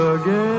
again